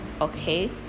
okay